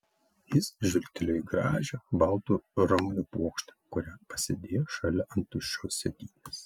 jis žvilgtelėjo į gražią baltų ramunių puokštę kurią pasidėjo šalia ant tuščios sėdynės